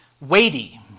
weighty